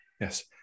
Yes